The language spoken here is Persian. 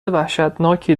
وحشتناکی